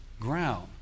ground